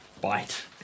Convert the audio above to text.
bite